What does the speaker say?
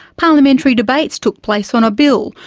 parliamentary debates took place on a bill,